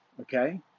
okay